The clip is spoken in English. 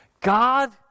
God